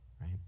right